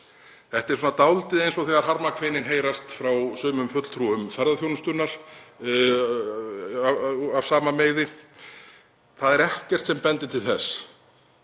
Þetta er dálítið eins og þegar harmakvein heyrast frá sumum fulltrúum ferðaþjónustunnar af sama meiði. Það er ekkert sem bendir til þess